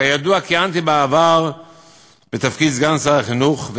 כידוע, כיהנתי בעבר בתפקיד סגן שר החינוך.